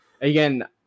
again